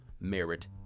Merit